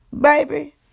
Baby